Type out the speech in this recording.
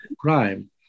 crime